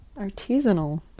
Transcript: Artisanal